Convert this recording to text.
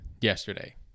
yesterday